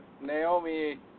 Naomi